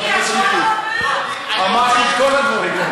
חבר הכנסת מיקי, אמרתי את כל הדברים.